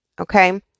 Okay